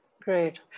Great